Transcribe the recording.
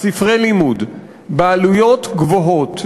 ספרי לימוד בעלויות גבוהות,